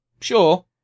Sure